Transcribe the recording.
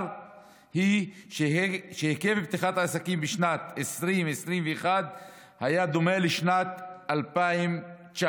היא שהיקף פתיחת עסקים בשנת 2021 היה דומה לשנת 2019,